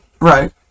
right